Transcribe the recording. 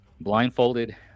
blindfolded